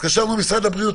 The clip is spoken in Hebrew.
התקשרנו למשרד הבריאות.